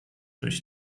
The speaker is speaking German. durch